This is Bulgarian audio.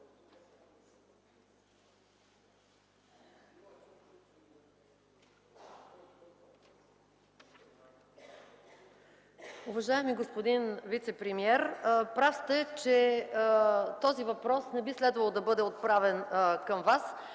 Уважаеми господин вицепремиер, прав сте, че този въпрос не би следвало да бъде отправен към Вас,